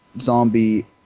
zombie